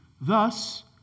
Thus